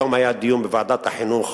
היום היה דיון בוועדת החינוך